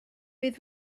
bydd